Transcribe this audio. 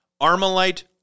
Armalite